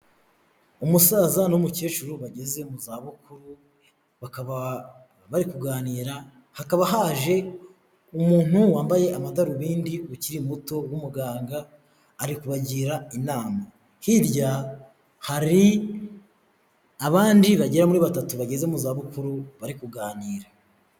Umusaza n'umukecuru bageze mu zabukuru, bakaba bari kuganira, hakaba haje umuntu wambaye amadarubindi ukiri muto w'umuganga ari kubagira inama, hirya hari abandi bagera muri batatu bageze mu za bukuru, bari kuganira.